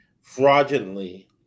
fraudulently